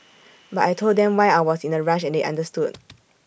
but I Told them why I was in A rush and they understood